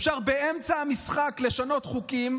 אפשר באמצע המשחק לשנות חוקים,